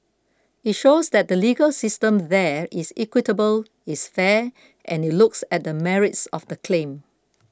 it shows that the legal system there is equitable it's fair and it looks at the merits of the claim